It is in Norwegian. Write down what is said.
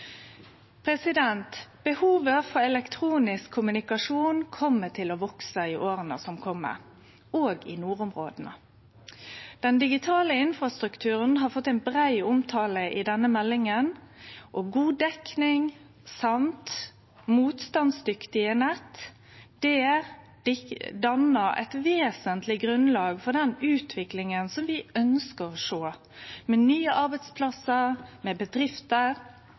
Behovet for elektronisk kommunikasjon kjem til å vekse i åra som kjem, òg i nordområda. Den digitale infrastrukturen har fått ein brei omtale i denne meldinga. God dekning og motstandsdyktige nett dannar eit vesentleg grunnlag for den utviklinga som vi ønskjer å sjå, med nye arbeidsplassar og bedrifter